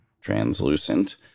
translucent